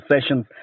sessions